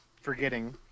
forgetting